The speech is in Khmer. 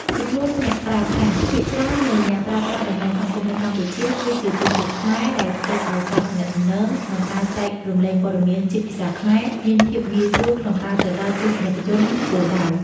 ចំនួនអ្នកប្រើប្រាស់ ភាគច្រើននៃអ្នកប្រើប្រាស់បណ្ដាញសង្គមនៅកម្ពុជា គឺជាជនជាតិខ្មែរ ដែលធ្វើឲ្យការទំនាក់ទំនង និងការចែករំលែកព័ត៌មានជាភាសាខ្មែរមានភាពងាយស្រួលក្នុងការទៅដល់ទស្សនិកជនគោលដៅ។